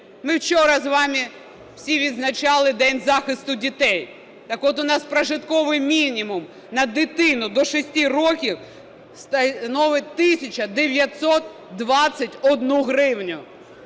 Ми вчора з вами всі відзначали День захисту дітей. Так от, у нас прожитковий мінімум на дитину до 6 років становить 1 тисячу 921 гривню.